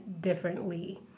differently